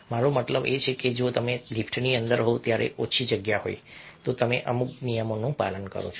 મારો મતલબ એ છે કે જો તમે લિફ્ટની અંદર હોવ જ્યાં ઓછી જગ્યા હોય તો તમે અમુક નિયમોનું પાલન કરો છો